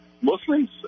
Muslims